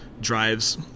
drives